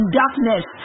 darkness